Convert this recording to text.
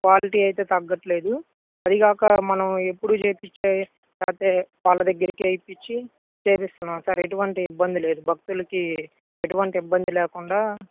quality అయితే తగ్గట్లేదు అదీ కాక మనము ఎప్పుడూ చేయించే లేకపోతే వాళ్ళ దగ్గరికే ఇప్పిచ్చి చేపిస్తున్నాము సార్ ఎటువంటి ఇబ్బంది లేదు భక్తులకి ఎటువంటి ఇబ్బంది లేకుండా